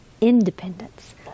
independence